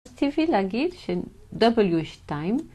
ספציפי להגיד שW2.